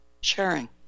sharing